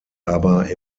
aber